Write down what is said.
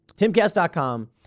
TimCast.com